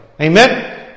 Amen